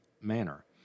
manner